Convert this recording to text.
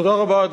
תודה רבה.